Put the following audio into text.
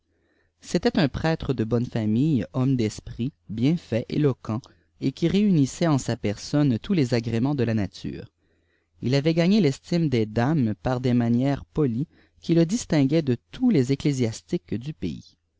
c'était un prêtre de bonne famille homme d'esprit bien fait éloquent et qui réunissait en sa personne tous les agréments e la nature il avait gagné l'estime des dames par des manières polies qui le distinguaient de tous les ecclésiastiques du pays